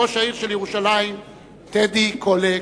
ראש העיר של ירושלים טדי קולק,